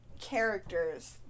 characters